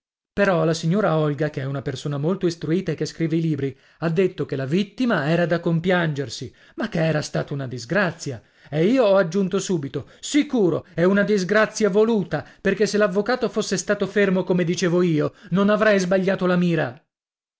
però la signora olga che è una persona molto istruita e che scrive i libri ha detto che la vittima era da compiangersi ma che era stata una disgrazia e io ho aggiunto subito sicuro e una disgrazia voluta perché se l'avvocato fosse stato fermo come dicevo io non avrei sbagliato la mira